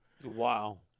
Wow